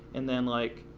and then like,